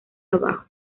abajo